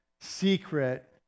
secret